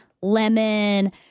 lemon